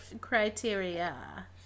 criteria